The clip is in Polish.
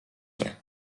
nie